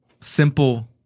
simple